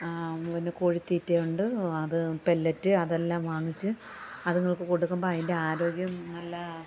ആ പിന്നെ കോഴിത്തീറ്റയുണ്ട് അത് പെല്ലറ്റ് അതെല്ലാം വാങ്ങിച്ച് അതിങ്ങൾക്ക് കൊടുക്കുമ്പോൾ അതിൻ്റെ ആരോഗ്യം നല്ല